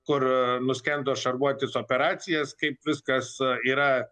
kur nuskendo šarvuotis operacijas kaip viskas yra